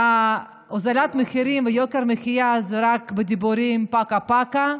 הוזלת מחירים ויוקר מחיה זה רק בדיבורים, פקה פקה.